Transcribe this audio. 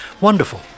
wonderful